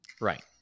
Right